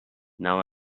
now